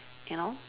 you know